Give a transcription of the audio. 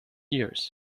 years